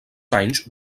anys